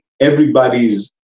everybody's